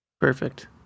Perfect